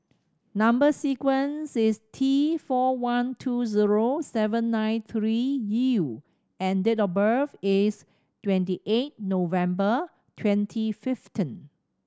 number sequence is T four one two zero seven nine three U and date of birth is twenty eight November twenty fifteen